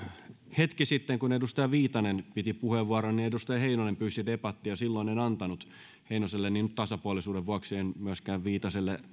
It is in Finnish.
hetki sitten kun edustaja viitanen piti puheenvuoron edustaja heinonen pyysi debattia kun silloin en antanut vastauspuheenvuoroa heinoselle niin nyt tasapuolisuuden vuoksi en myöskään viitaselle